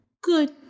good